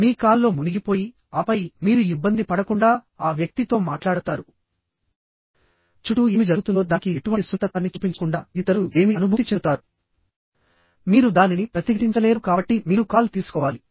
మీ call లో మునిగిపోయి ఆపై మీరు ఇబ్బంది పడకుండా ఆ వ్యక్తితో మాట్లాడతారు చుట్టూ ఏమి జరుగుతుందో దానికి ఎటువంటి సున్నితత్వాన్ని చూపించకుండా ఇతరులు ఏమి అనుభూతి చెందుతారు మీరు దానిని ప్రతిఘటించలేరు కాబట్టి మీరు కాల్ తీసుకోవాలి